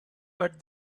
but